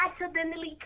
accidentally